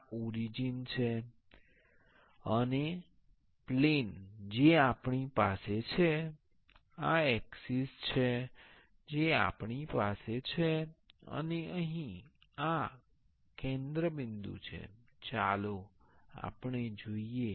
આ ઓરિજિન છે અને પ્લેન જે આપણી પાસે છે આ એક્સિસ છે જે આપણી પાસે છે અને આ અહીં કેન્દ્ર બિંદુ છે ચાલો આપણે જોઈએ